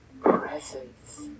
presence